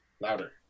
Louder